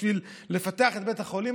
בשביל לפתח את בית החולים,